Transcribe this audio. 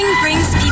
brings